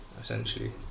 essentially